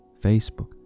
Facebook